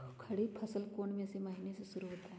खरीफ फसल कौन में से महीने से शुरू होता है?